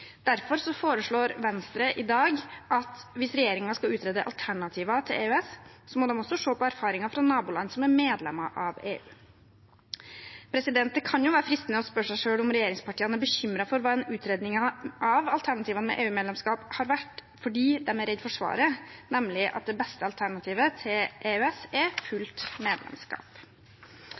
Derfor foreslår Venstre i dag at hvis regjeringen skal utrede alternativer til EØS, må de også se på erfaringer fra naboland som er medlemmer av EU. Det kan være fristende å spørre om regjeringspartiene er bekymret for hva en utredning av alternativene til EU-medlemskap har vært, fordi de er redd for svaret, nemlig at det beste alternativet til EØS er fullt medlemskap.